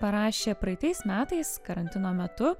parašė praeitais metais karantino metu